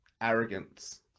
arrogance